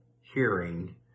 hearing